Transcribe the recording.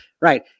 right